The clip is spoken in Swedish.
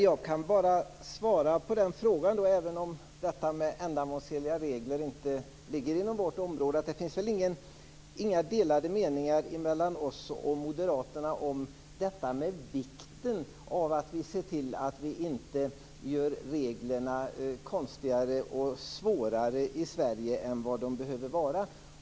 Fru talman! Även om sådant som har att göra med ändamålsenliga regler inte ligger inom vårt område, kan jag på den frågan bara svara att det väl inte finns några delade meningar mellan oss och moderaterna om vikten av att vi ser till att inte göra reglerna konstigare och svårare i Sverige än de behöver vara.